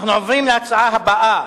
אנחנו עוברים לנושא הבא: